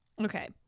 okay